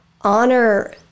honor